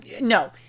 no